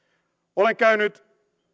olen käynyt